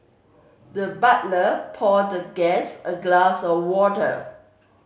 the butler poured the guest a glass of water